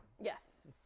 Yes